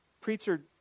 preacher